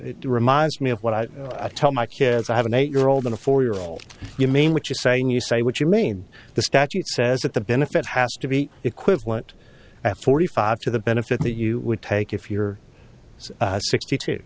it reminds me of what i told my kids i have an eight year old and a four year old you mean which is saying you say what you mean the statute says that the benefit has to be equivalent at forty five to the benefit that you would take if you're sixty two